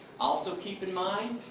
also keep in mind,